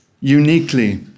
uniquely